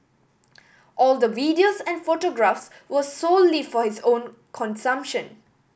all the videos and photographs were solely for his own consumption